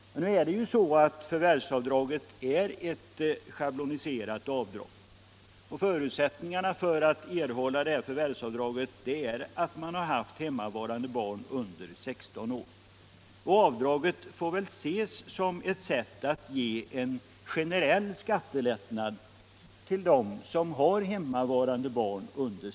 Nu är ju förvärvsavdraget ett schabloniserat avdrag. Förutsättningen för att erhålla detta avdrag är att man under året har haft hemmavarande barn under 16 år, och avdraget får väl ses som ett sätt att ge en generell skattelättnad till dem som är i den situationen.